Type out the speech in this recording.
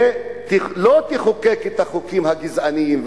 ולא תחוקק את החוקים הגזעניים.